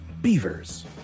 Beavers